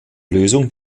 lösung